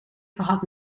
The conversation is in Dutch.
gehad